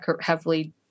heavily